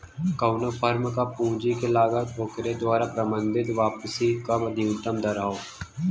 कउनो फर्म क पूंजी क लागत ओकरे द्वारा प्रबंधित वापसी क न्यूनतम दर हौ